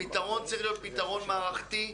הפתרון צריך להיות פתרון מערכתי.